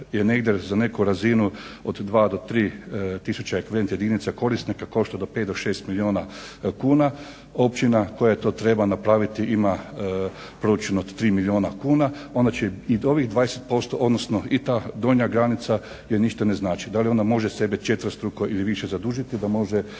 negdje za neku razinu od 2 do 3 tisuće … jedinica korisnika košta 5 do 6 milijuna kuna općina koja to treba napraviti ima proračun od 3 milijuna kuna onda će i ovih 20%, odnosno i ta donja granica joj ništa ne znači. Da li ona može sebe četverostruko ili više zadužiti da može